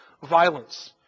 Violence